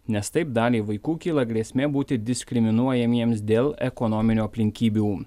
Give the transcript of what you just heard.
nes taip daliai vaikų kyla grėsmė būti diskriminuojamiems dėl ekonominių aplinkybių